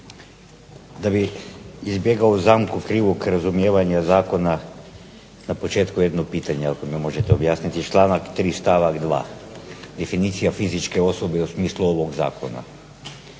Da bi izbjegao zamku krivog razumijevanja zakona na početku jedno pitanje ako mi ga možete objasniti, članak 3. stavak 2., definicija fizičke osobe u smislu ovog zakona.